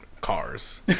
cars